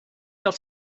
gael